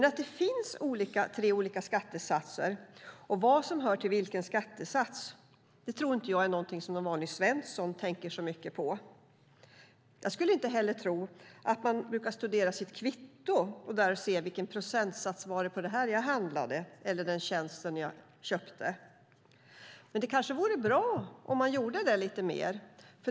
Att det finns tre olika skattesatser och vad som hör till vilken skattesats tror jag inte är något som den vanliga Svensson tänker så mycket på. Jag skulle inte heller tro att man brukar studera sitt kvitto och där se vilken procentsats det var på den vara eller tjänst man köpte. Det kanske vore bra om man gjorde det lite mer.